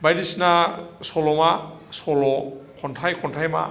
बायदिसिना सल'मा सल' खन्थाइ खन्थाइमा